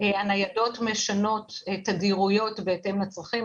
הניידות משנות תדירויות בהתאם לצרכים.